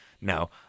No